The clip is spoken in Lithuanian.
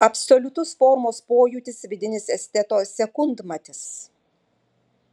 absoliutus formos pojūtis vidinis esteto sekundmatis